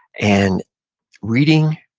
and reading,